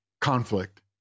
conflict